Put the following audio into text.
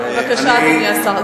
ואני, בבקשה, אדוני השר.